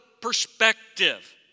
perspective